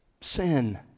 sin